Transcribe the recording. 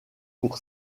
pour